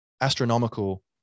astronomical